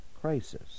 crisis